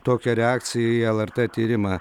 tokią reakciją į lrt tyrimą